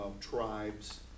tribes